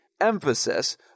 emphasis